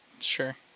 Sure